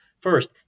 First